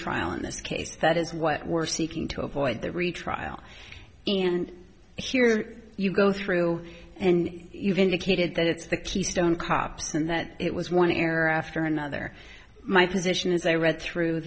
retrial in this case that is what we're seeking to avoid the retrial and here you go through and you've indicated that it's the keystone kops and that it was one error after another my position as i read through